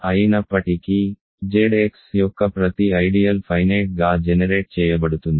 అయినప్పటికీ ZX యొక్క ప్రతి ఐడియల్ ఫైనేట్ గా జెనెరేట్ చేయబడుతుంది